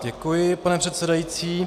Děkuji, pane předsedající.